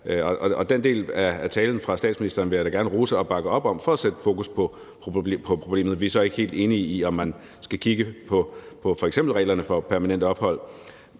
Og den del af talen fra statsministeren vil jeg da gerne rose og bakke op om for at sætte fokus på problemet. Vi er så ikke helt enige i, om man skal kigge på f.eks. reglerne for permanent ophold.